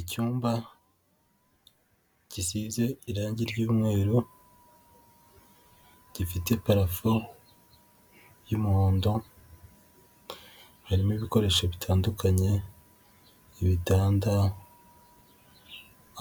Icyumba gisize irangi ry'umweru, gifite parafo y'umuhondo, harimo ibikoresho bitandukanye, ibitanda,